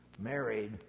married